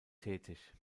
tätig